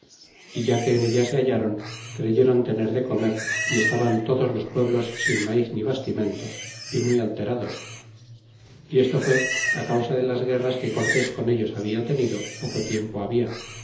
é ya que en ella se hallaron creyéron tener de comer y estaban todos los pueblos sin maiz ni bastimentos y muy alterados y esto fué á causa de las guerras que cortés con ellos habla tenido poco tiempo habla